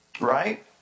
Right